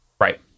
Right